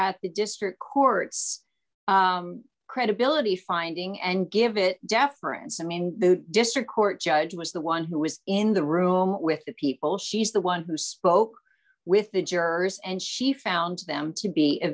at the district court's credibility finding and give it deference i mean the district court judge was the one who was in the room with the people she's the one who spoke with the jurors and she found them to be a